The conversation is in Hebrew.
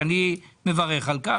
שאני מברך על כך,